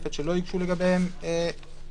המשותפת שלא הוגשו לגביהן טענות נושא חדש.